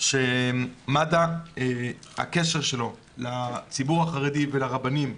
הוא לגבי הקשר של מד"א לציבור החרדי ולרבנים,